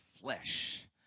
flesh